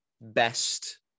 best